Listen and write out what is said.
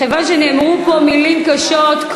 מכיוון שנאמרו פה מילים קשות,